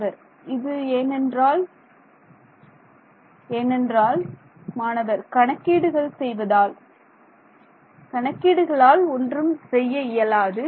மாணவர் இது ஏனென்றால் ஏனென்றால் மாணவர் கணக்கீடுகளின் செய்வதால் கணக்கீடுகளால் ஒன்றும் செய்ய இயலாது